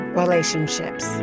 relationships